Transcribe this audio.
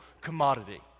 commodity